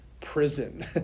prison